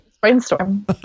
brainstorm